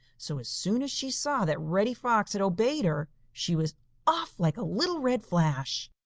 so as soon as she saw that reddy fox had obeyed her, she was off like a little red flash.